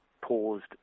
paused